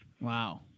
Wow